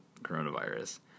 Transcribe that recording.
coronavirus